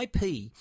IP